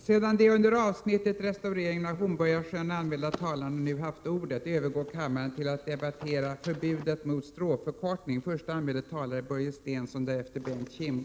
Sedan de under avsnittet Allmänt anmälda talarna nu haft ordet övergår kammaren till att debattera Regeringens åtgärder i anledning av mordet på statsminister Olof Palme.